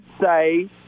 say